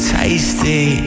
tasty